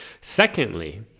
Secondly